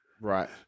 Right